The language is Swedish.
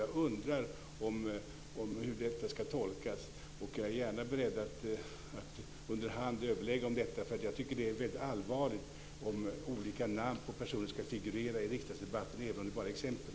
Jag undrar hur detta ska tolkas, och jag är gärna beredd att underhand överlägga om detta. Jag tycker att det är allvarligt om olika namn på personer ska figurera i riksdagsdebatten, även om det bara är exempel.